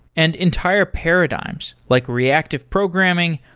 and entire paradigms, like reactive programming,